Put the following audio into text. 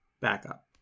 backup